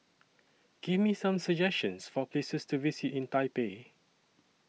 Give Me Some suggestions For Places to visit in Taipei